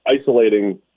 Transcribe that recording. isolating